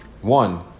One